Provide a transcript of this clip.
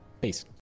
Peace